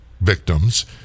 victims